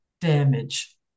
damage